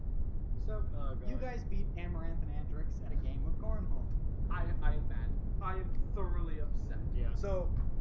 so you guys beat amaranth and and ryx at a game of cornhole i am at i am thoroughly upset. yeah, so